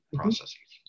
processes